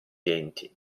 denti